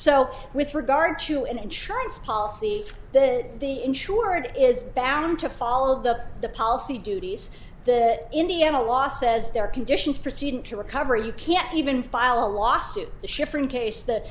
so with regard to an insurance policy then the insured is bound to follow the the policy duties that indiana law says there are conditions proceeding to recover you can't even file a lawsuit schifrin case that